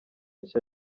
nshya